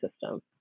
system